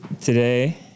today